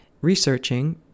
researching